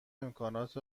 امکانات